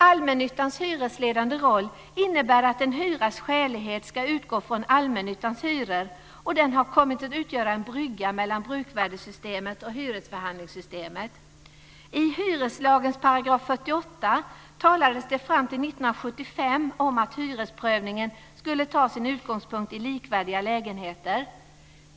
Allmännyttans hyresledande roll innebär att en hyras skälighet ska utgå från allmännyttans hyror, och den har kommit att utgöra en brygga mellan bruksvärdessystemet och hyresförhandlingssystemet. I 48 § hyreslagen talades det fram till år 1975 om att hyresprövningen skulle ta sin utgångspunkt i likvärdiga lägenheter.